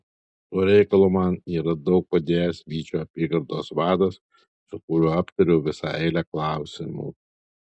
tuo reikalu man yra daug padėjęs vyčio apygardos vadas su kuriuo aptariau visą eilę klausimų